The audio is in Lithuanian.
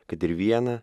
kad ir viena